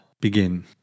Begin